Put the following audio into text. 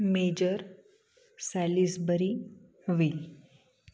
major Salisbury व्ल